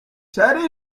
charles